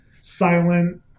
silent